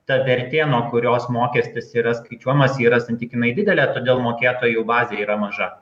ta vertė nuo kurios mokestis yra skaičiuojamas yra santykinai didelė todėl mokėtojų bazė yra maža